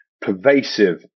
pervasive